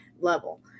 level